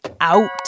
out